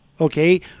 okay